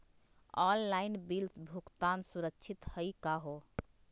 Online bill भुगतान सुरक्षित हई का हो?